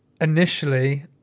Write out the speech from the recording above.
initially